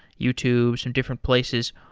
youtube, some different places.